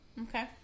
Okay